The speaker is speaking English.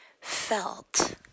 felt